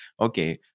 okay